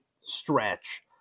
stretch –